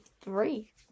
Three